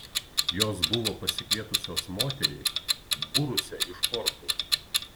jos buvo pasikvietusios moterį būrusią iš kortų